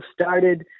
started